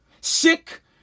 Sick